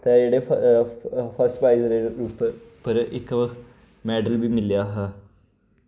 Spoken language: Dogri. ते जेह्ड़े फर्स्ट प्राईज उप्पर उप्पर इक मैडल बी मिल्लेआ हा